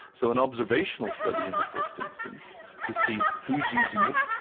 so an observational study in the first instance to see who is using it,